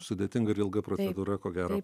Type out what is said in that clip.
sudėtinga ir ilga procedūra ko gero